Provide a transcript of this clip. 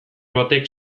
batek